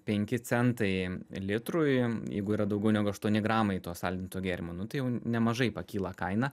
penki centai litrui jeigu yra daugiau negu aštuoni gramai to saldinto gėrimo nu tai jau nemažai pakyla kaina